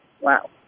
Wow